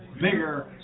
bigger